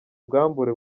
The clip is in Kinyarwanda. ubwambure